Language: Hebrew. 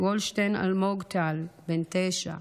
גולדשטיין אלמוג טל, בן תשע,